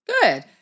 Good